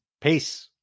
Peace